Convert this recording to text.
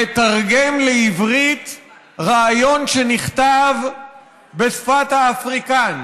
מתרגם לעברית רעיון שנכתב בשפת האפריקנס.